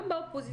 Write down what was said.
גם באופוזיציה.